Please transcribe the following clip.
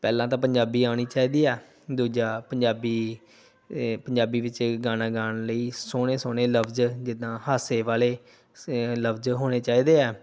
ਪਹਿਲਾਂ ਤਾਂ ਪੰਜਾਬੀ ਆਉਣੀ ਚਾਹੀਦੀ ਹੈ ਦੂਜਾ ਪੰਜਾਬੀ ਏ ਪੰਜਾਬੀ ਵਿੱਚ ਗਾਣਾ ਗਾਉਣ ਲਈ ਸੋਹਣੇ ਸੋਹਣੇ ਲਫ਼ਜ ਜਿੱਦਾਂ ਹਾਸੇ ਵਾਲੇ ਲਫ਼ਜ ਹੋਣੇ ਚਾਹੀਦੇ ਹੈ